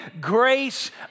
grace